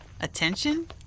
attention